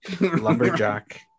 lumberjack